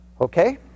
Okay